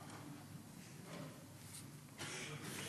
סעיפים 1